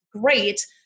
Great